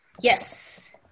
Yes